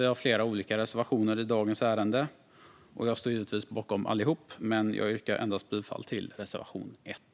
Vi har flera olika reservationer i dagens ärende. Jag står givetvis bakom allihop, men jag yrkar bifall endast till reservation 1.